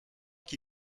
qui